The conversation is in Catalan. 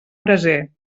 braser